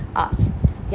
arts ya